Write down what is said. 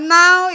now